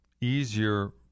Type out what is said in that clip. easier